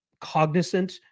cognizant